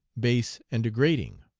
base, and degrading.